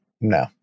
no